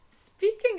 speaking